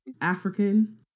African